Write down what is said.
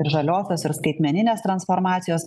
ir žaliosios ir skaitmeninės transformacijos